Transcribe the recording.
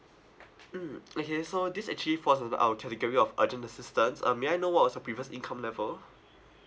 mm okay so this actually falls under our category of urgent assistance uh may I know what was your previous income level